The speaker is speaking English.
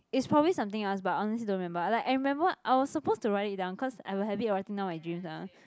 it's probably something else but I honestly don't remember like I remember I was supposed to write it down cause I have a habit of writing down my dreams ah